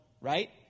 Right